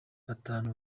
batanu